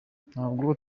ntabwo